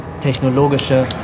technologische